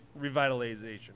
revitalization